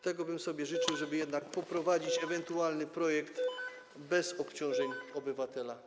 Tego bym sobie życzył, żeby jednak poprowadzić ewentualny projekt bez obciążeń obywatela.